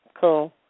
cool